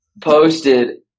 posted –